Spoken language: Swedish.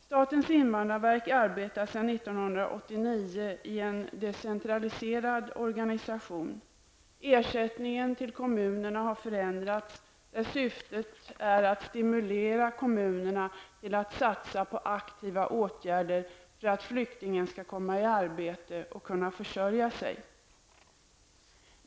Statens invandrarverk arbetar sedan 1989 i en decentraliserad organisation. Ersättningen till kommunerna har förändrats. Syftet är att stimulera kommunerna till att satsa på aktiva åtgärder för att flyktingen skall komma i arbete och kunna försörja sig.